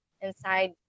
inside